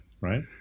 Right